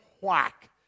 whack